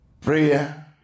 Prayer